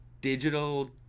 digital